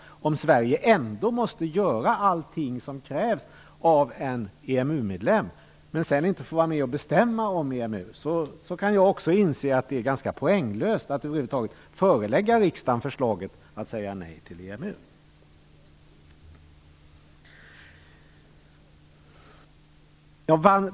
Om Sverige måste göra allt som krävs av en EMU-medlem, men sedan inte får vara med och bestämma om EMU, inser jag också att det är ganska poänglöst att förelägga riksdagen förslaget att säga nej till EMU.